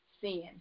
sin